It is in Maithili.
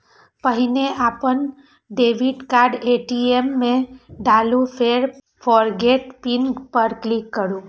पहिने अपन डेबिट कार्ड ए.टी.एम मे डालू, फेर फोरगेट पिन पर क्लिक करू